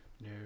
No